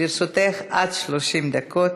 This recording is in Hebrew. לרשותך עד 30 דקות.